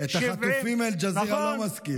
את החטופים אל-ג'זירה לא מזכיר.